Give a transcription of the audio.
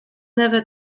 never